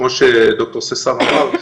כמו שד"ר ססר אמר,